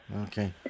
Okay